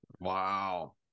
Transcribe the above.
Wow